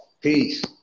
Peace